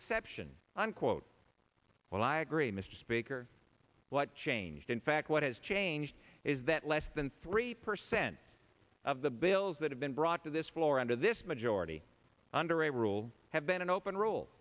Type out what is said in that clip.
exception unquote well i agree mr speaker what changed in fact what has changed is that less than three percent of the bills that have been brought to this floor under this majority under a rule have been an open rule